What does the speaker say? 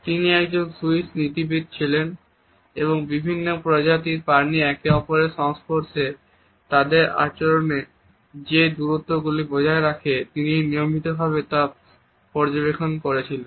তিনি একজন সুইস নীতিবিদ ছিলেন এবং বিভিন্ন প্রজাতির প্রাণী একে অপরের সংস্পর্শে তাদের আচরণে যে দূরত্বগুলি বজায় রাখে তিনি নিয়মিতভাবে তা পর্যবেক্ষণ করেছিলেন